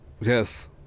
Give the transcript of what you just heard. Yes